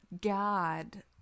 god